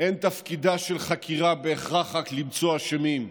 אין תפקידה של חקירה בהכרח רק למצוא אשמים,